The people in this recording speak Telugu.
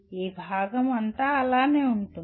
ఈ భాగం అంతా అలాగే ఉంది